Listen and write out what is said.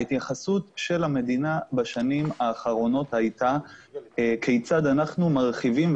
ההתייחסות של המדינה בשנים האחרונות הייתה כיצד אנחנו מרחיבים,